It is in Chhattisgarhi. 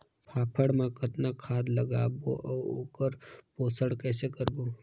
फाफण मा कतना खाद लगाबो अउ ओकर पोषण कइसे करबो?